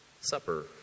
supper